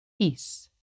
Peace